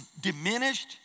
diminished